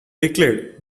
declared